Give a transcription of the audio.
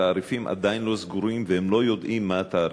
התעריפים עדיין לא סגורים והם לא יודעים מה התעריפים.